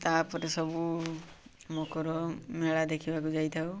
ତା'ପରେ ସବୁ ମକର ମେଳା ଦେଖିବାକୁ ଯାଇଥାଉ